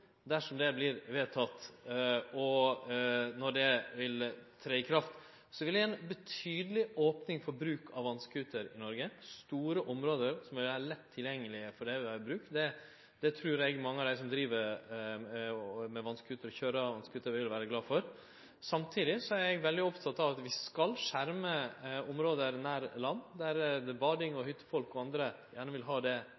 dersom det vert vedteke og når det vil tre i kraft, som vil gje ei betydeleg opning for bruk av vasscooter i Noreg på store område som vil vere lett tilgjengelege. Det trur eg mange av dei som køyrer vasscooter, vil vere glade for. Samtidig er eg veldig oppteken av at vi skal skjerme område nær land, der badande, hyttefolk og